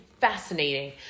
fascinating